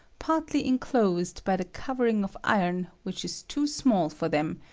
partly inclosed by the covering of iron which is too small for them,